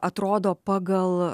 atrodo pagal